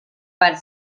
per